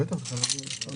כן.